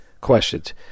questions